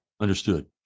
Understood